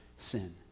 sin